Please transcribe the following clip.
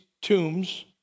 tombs